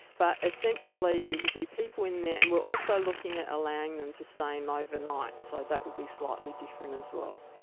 but essentially it will be people in there, and we're also looking at allowing them to stay in overnight, so that will be slightly different as well.